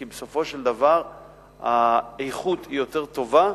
כי בסופו של דבר האיכות היא יותר טובה